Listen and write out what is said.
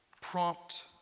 prompt